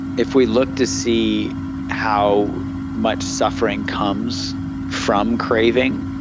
if we look to see how much suffering comes from craving,